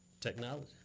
Technology